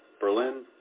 Berlin